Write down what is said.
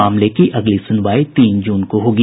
मामले की अगली सुनवाई तीन जून को होगी